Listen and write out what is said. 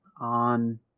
on